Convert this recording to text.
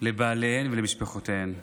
לבעליהן ולמשפחותיהן.